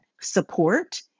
support